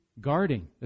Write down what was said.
guarding